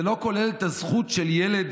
זה לא כולל את הזכות של ילד